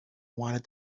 wanted